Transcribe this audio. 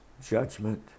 judgment